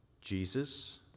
Jesus